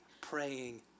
praying